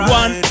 one